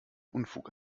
unfug